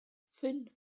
fünf